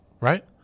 right